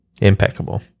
Impeccable